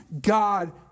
god